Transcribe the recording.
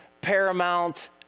paramount